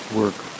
work